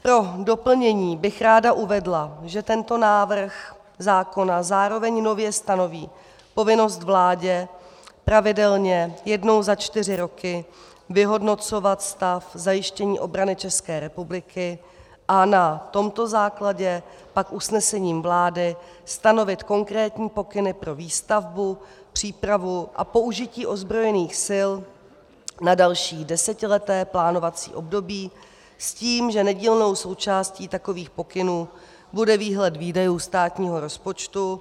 Pro doplnění bych ráda uvedla, že tento návrh zákona zároveň nově stanoví povinnost vládě pravidelně jednou za čtyři roky vyhodnocovat stav zajištění obrany České republiky a na tomto základě pak usnesením vlády stanovit konkrétní pokyny pro výstavbu, přípravu a použití ozbrojených sil na další desetileté plánovací období s tím, že nedílnou součástí takových pokynů bude výhled výdajů státního rozpočtu.